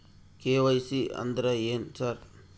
KYC ಅಂದ್ರೇನು sir?